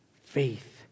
faith